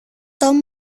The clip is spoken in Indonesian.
tom